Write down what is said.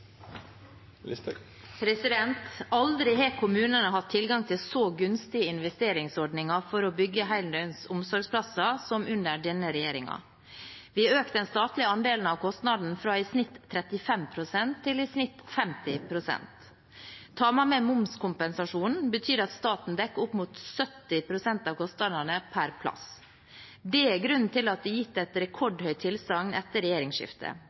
Aldri har kommunene hatt tilgang til så gunstige investeringsordninger for å bygge heldøgns omsorgsplasser som under denne regjeringen. Vi har økt den statlige andelen av kostnaden fra i snitt 35 pst. til i snitt 50 pst. Tar man med momskompensasjonen, betyr det at staten dekker opp mot 70 pst. av kostnadene per plass. Det er grunnen til at det er gitt et rekordhøyt tilsagn etter regjeringsskiftet.